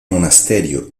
monasterio